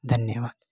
धन्यवाद